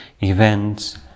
events